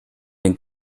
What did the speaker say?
den